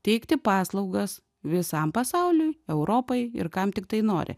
teikti paslaugas visam pasauliui europai ir kam tiktai nori